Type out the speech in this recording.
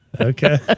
Okay